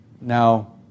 now